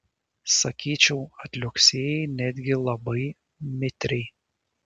sakyčiau atliuoksėjai netgi labai mitriai